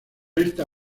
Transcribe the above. esta